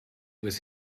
was